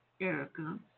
Erica